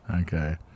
Okay